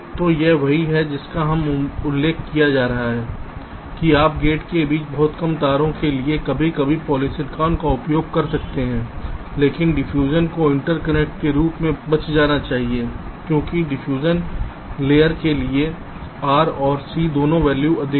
तो यह वही है जिसका यहां उल्लेख किया जा रहा है कि आप गेट के बीच बहुत कम तारों के लिए कभी कभी पॉलीसिलिकॉन का उपयोग कर सकते हैं लेकिन डिफ्यूजन को इंटरकनेक्ट के रूप में बचा जाना चाहिए क्योंकि डिफ्यूजन लेयर के लिए R और C दोनों वैल्यू अधिक हैं